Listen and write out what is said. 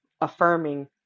affirming